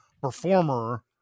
performer